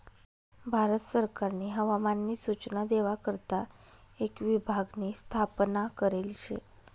भारत सरकारनी हवामान नी सूचना देवा करता एक विभाग नी स्थापना करेल शे